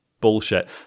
bullshit